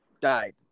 died